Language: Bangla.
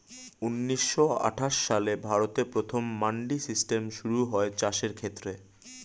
ঊন্নিশো আটাশ সালে ভারতে প্রথম মান্ডি সিস্টেম শুরু হয় চাষের ক্ষেত্রে